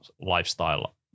lifestyle